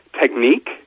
technique